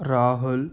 Rahul